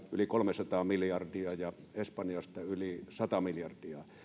yli kolmesataa miljardia ja espanjasta yli sata miljardia